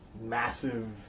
massive